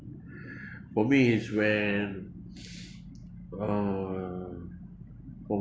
for me is when uh for